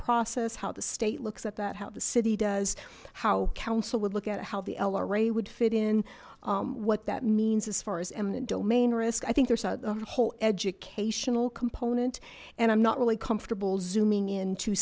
process how the state looks at that how the city does how council would look at how the lra would fit in what that means as far as eminent domain risk i think there's a whole educational component and i'm not really comfortable zooming in to